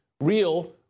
real